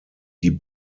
die